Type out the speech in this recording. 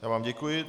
Já vám děkuji.